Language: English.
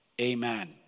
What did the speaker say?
Amen